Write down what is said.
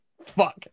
fuck